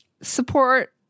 support